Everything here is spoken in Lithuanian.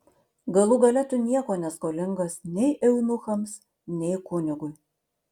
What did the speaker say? galų gale tu nieko neskolingas nei eunuchams nei kunigui